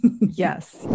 Yes